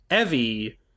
Evie